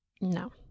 No